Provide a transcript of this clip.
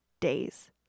days